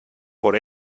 por